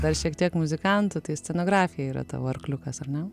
dar šiek tiek muzikantu tai scenografija yra tavo arkliukas ar ne